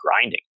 grinding